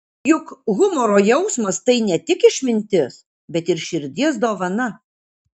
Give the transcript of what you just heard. juk humoro jausmas tai ne tik išmintis bet ir širdies dovana